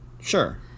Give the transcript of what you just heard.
Sure